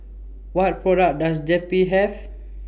What products Does Zappy Have